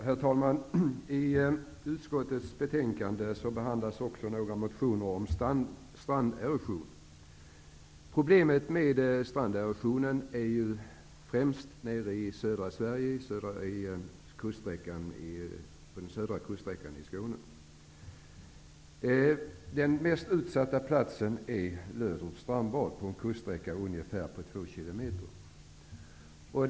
Herr talman! I utskottets betänkande behandlas också några motioner om stranderosion. Problemet med stranderosionen finns främst i södra Sverige, nämligen på den södra kuststräckan i Skåne. Den mest utsatta platsen är Löderups strandbad, närmare bestämt en kuststräcka på ungefär två kilometer där.